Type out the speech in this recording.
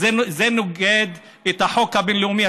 זה נוגד את החוק הבין-לאומי.